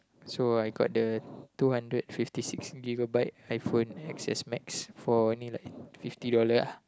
so I got the two hundred fifty six gigabyte iPhone x_s max for only like fifty dollar ah